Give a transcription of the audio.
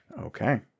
Okay